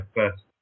first